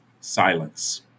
Silence